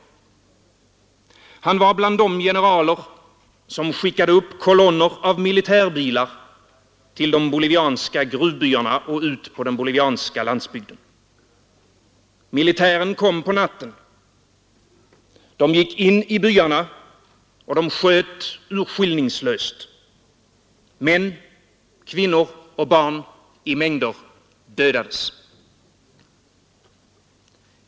Han var bland de generaler som skickade upp kolonner av militärbilar till de bolivianska gruvbyarna och ut på den bolivianska landsbygden. Militären kom på natten. De gick in i byarna och sköt urskillningslöst. Män, kvinnor och barn i mängder dödades.